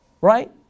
right